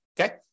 okay